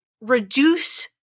reduce